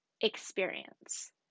experience